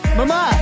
mama